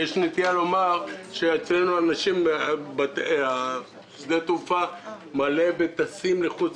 יש נטייה לומר שאצלנו שדה התעופה מלא בטסים לחוץ